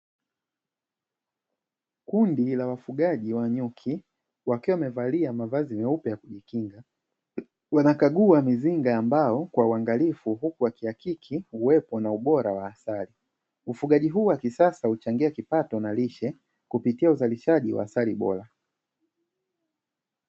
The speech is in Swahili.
Kundi la wafugaji wa nyuki wakiwa wamevalia mavazi meupe ya kujikinga wanakagua mizinga ya mbao kwa uangalifu uku wakiakiki ubora na uwepo wa asali, ufugaji huu wa kisasa uchangiia kipato na lishe kupitia uzalishaji wa asali bora.